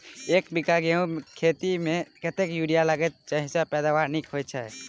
एक बीघा गेंहूँ खेती मे कतेक यूरिया लागतै जयसँ पैदावार नीक हेतइ?